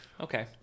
Okay